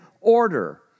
order